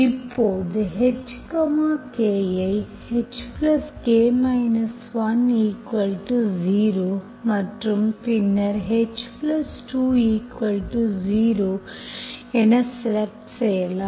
இப்போது h k ஐhk 10மற்றும் பின்னர் h20 என செலக்ட் செய்யலாம்